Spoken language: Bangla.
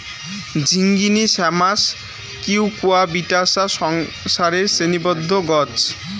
ঝিঙ্গিনী শ্যামাস কিউকুয়াবিটাশা সংসারের শ্রেণীবদ্ধ গছ